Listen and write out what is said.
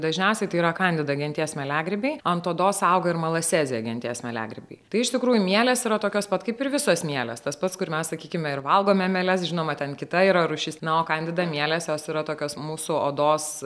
dažniausiai tai yra kandida genties mieliagrybiai ant odos auga ir malasezė genties mieliagrybiai tai iš tikrųjų mielės yra tokios pat kaip ir visos mielės tas pats kur mes sakykime ir valgome mieles žinoma ten kita yra rūšis na o kandida mielės jos yra tokios mūsų odos